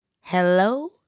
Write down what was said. Hello